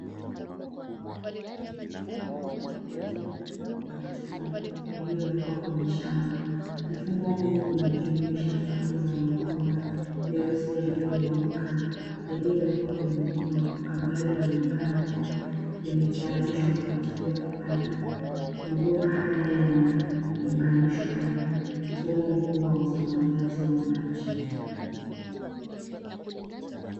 Mfumo wa umwagiliaji wa matone, uliowekwa kwenye shamba. Mfumo huu unajumuisha safu za mabomba meusi, yaliyonyooka, yaliyowekwa kwenye udongo, ambayo yaonekana kuwa yametayarishwa kwa ajili ya kupanda. Mabomba haya yanaunganishwa na mfumo mkuu wa usambazaji wa maji.